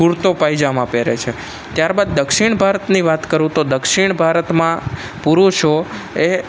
કુર્તો પાયજામો પહેરે છે ત્યાર બાદ દક્ષિણ ભારતની વાત કરું તો દક્ષિણ ભારતમાં પુરુષો એ